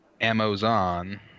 Amazon